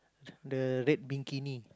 the red bikini